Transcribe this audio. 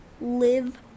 live